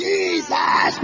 Jesus